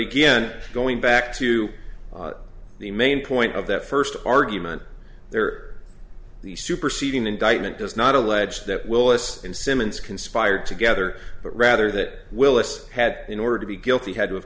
again going back to the main point of that first argument there the superseding indictment does not allege that willis and simmons conspired together but rather that willis had in order to be guilty